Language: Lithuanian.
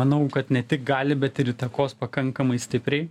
manau kad ne tik gali bet ir įtakos pakankamai stipriai